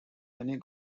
many